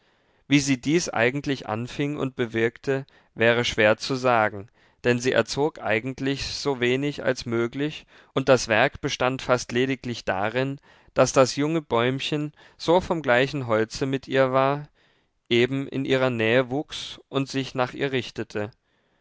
wie sie dies eigentlich anfing und bewirkte wäre schwer zu sagen denn sie erzog eigentlich so wenig als möglich und das werk bestand fast lediglich darin daß das junge bäumchen so vom gleichen holze mit ihr war eben in ihrer nähe wuchs und sich nach ihr richtete